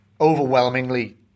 Overwhelmingly